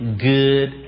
good